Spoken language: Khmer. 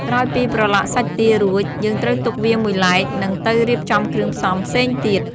ក្រោយពីប្រឡាក់សាច់ទារួច យើងត្រូវទុកវាមួយឡែក និងទៅរៀបចំគ្រឿងផ្សំផ្សេងទៀត។